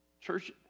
Church